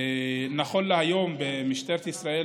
נכון להיום, במשטרת ישראל